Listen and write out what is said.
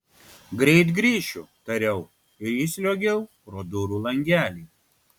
greit grįšiu tariau ir įsliuogiau pro durų langelį